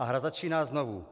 A hra začíná znovu.